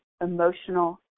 emotional